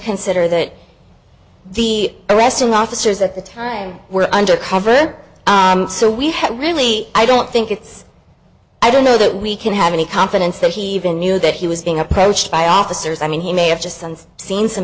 consider that the arresting officers at the time were undercover so we have really i don't think it's i don't know that we can have any confidence that he even knew that he was being approached by officers i mean he may have just seen some